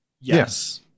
Yes